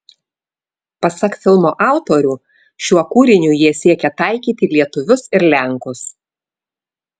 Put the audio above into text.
pasak filmo autorių šiuo kūriniu jie siekė taikyti lietuvius ir lenkus